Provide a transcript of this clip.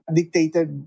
dictated